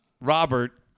Robert